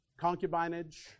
concubinage